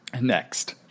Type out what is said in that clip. Next